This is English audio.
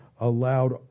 allowed